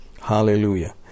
Hallelujah